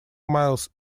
miles